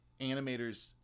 animators